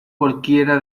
cualquiera